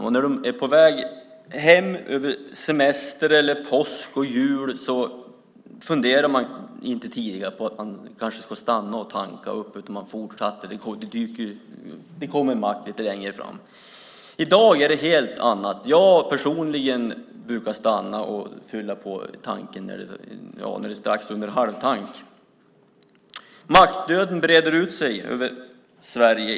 När de tidigare var på väg hem över semester, påsk eller jul funderade de inte på att de kanske skulle stanna och tanka, utan de fortsatte. Det kommer en mack lite längre fram, tänkte de. I dag är det helt annorlunda. Jag personligen brukar stanna och fylla på tanken när det är strax under halv tank. Mackdöden breder ut sig över Sverige.